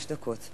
לרשותך חמש דקות.